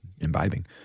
imbibing